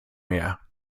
mehr